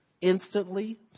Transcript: instantly